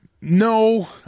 No